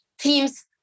team's